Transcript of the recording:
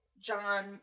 John